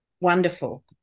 Wonderful